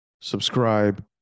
subscribe